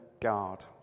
guard